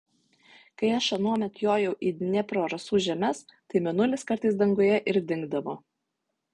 kai aš anuomet jojau į dniepro rasų žemes tai mėnulis kartais danguje ir dingdavo